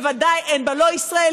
בוודאי אין בה לא ישראליות,